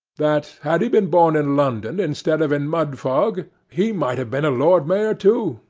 that, had he been born in london instead of in mudfog, he might have been a lord mayor too,